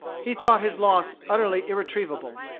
he thought his loss utterly irretrievable.